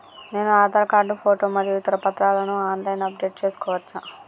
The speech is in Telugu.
నేను ఆధార్ కార్డు ఫోటో మరియు ఇతర పత్రాలను ఆన్ లైన్ అప్ డెట్ చేసుకోవచ్చా?